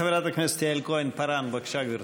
חברת הכנסת יעל כהן-פארן, בבקשה, גברתי.